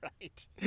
Right